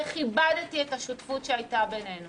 וכיבדתי את השותפות שהייתה בינינו.